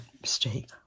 mistake